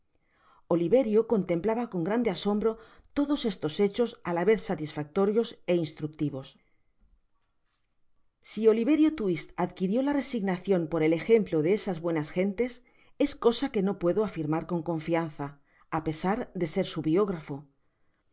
oliverio contemplaba con grande asombro todos estos hechos á la vez satisfactorios á instructivos si oliverio twist adquirió la resignacion por el ejemplo de esas buenas gentes es cosa que no puedo afirmar con confianza á pesar de ser su biógrafo